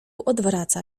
odwraca